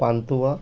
pantua